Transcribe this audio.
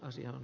asia on